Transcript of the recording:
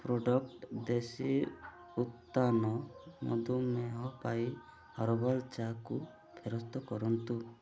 product ଦେଶୀ ଉତ୍ଥାନ ମଧୁମେହ ପାଇଁ ହର୍ବାଲ୍ ଚା'କୁ ଫେରସ୍ତ କରନ୍ତୁ